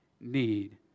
need